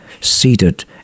seated